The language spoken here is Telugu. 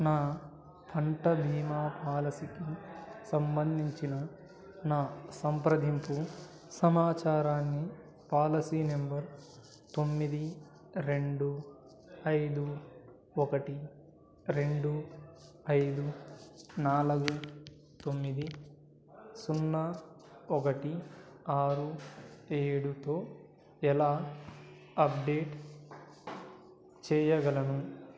నా ఫంట బీమా పాలసీకి సంబంధించిన నా సంప్రదింపు సమాచారాన్ని పాలసీ నంబర్ తొమ్మిది రెండు ఐదు ఒకటి రెండు ఐదు నాలుగు తొమ్మిది సున్నా ఒకటి ఆరు ఏడుతో ఎలా అప్డేట్ చెయ్యగలను